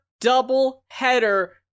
double-header